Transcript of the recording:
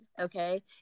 okay